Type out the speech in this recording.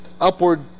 upward